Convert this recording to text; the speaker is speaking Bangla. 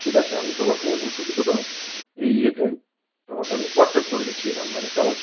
ঠিক আছে আমি তোমাকে ওষুধগুলো এই ইয়েতে তোমাকে আমি হোয়াটস অ্যাপ করে দিচ্ছি কেমন